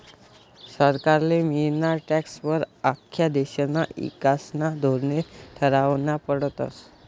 सरकारले मियनारा टॅक्सं वर आख्खा देशना ईकासना धोरने ठरावना पडतस